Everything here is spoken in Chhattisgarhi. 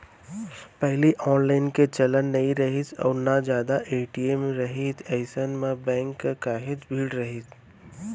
पहिली ऑनलाईन के चलन नइ रिहिस अउ ना जादा ए.टी.एम राहय अइसन म बेंक म काहेच भीड़ राहय